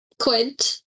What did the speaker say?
Quint